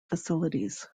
facilities